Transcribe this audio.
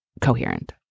coherent